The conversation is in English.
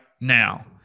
now